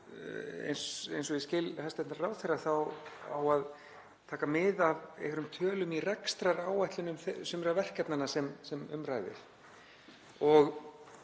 eins og ég skil hæstv. ráðherra þá á að taka mið af einhverjum tölum í rekstraráætlunum sumra verkefnanna sem um ræðir.